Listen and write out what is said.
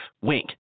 Wink